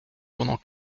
pendant